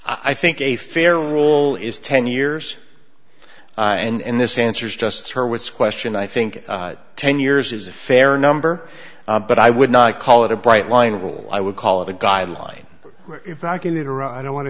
i think a fair rule is ten years and in this answers just her with question i think ten years is a fair number but i would not call it a bright line rule i would call it a guideline iraqi leader i don't want to